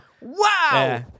Wow